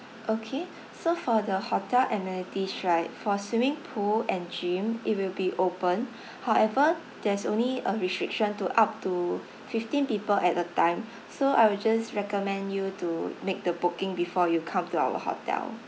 okay so for the hotel amenities right for swimming pool and gym it will be opened however there's only a restriction to up to fifteen people at a time so I will just recommend you to make the booking before you come to our hotel